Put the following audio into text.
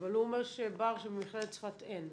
אבל בר אומר שמכללת צפת אין.